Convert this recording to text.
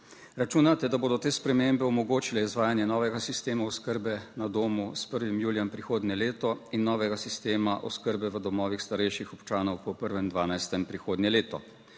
Računate, da bodo te spremembe omogočile izvajanje novega sistema oskrbe na domu s 1. julijem prihodnje leto in novega sistema oskrbe v domovih starejših občanov po prvem 12. prihodnje leto.